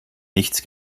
nichts